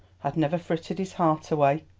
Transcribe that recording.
had never frittered his heart away.